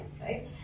right